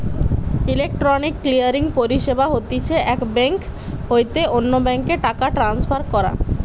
electronic clearing পরিষেবা হতিছে এক বেঙ্ক হইতে অন্য বেঙ্ক এ টাকা ট্রান্সফার করা